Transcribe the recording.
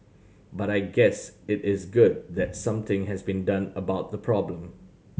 but I guess it is good that something has been done about the problem